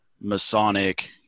Masonic